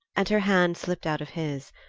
and her hand slipped out of his.